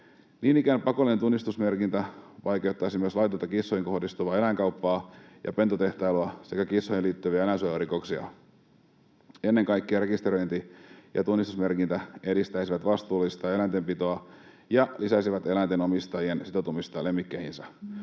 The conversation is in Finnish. Niin ikään pakollinen tunnistusmerkintä vaikeuttaisi myös laitonta kissoihin kohdistuvaa eläinkauppaa ja pentutehtailua sekä kissoihin liittyviä eläinsuojelurikoksia. Ennen kaikkea rekisteröinti ja tunnistusmerkintä edistäisivät vastuullista eläintenpitoa ja lisäisivät eläinten omistajien sitoutumista lemmikkeihinsä.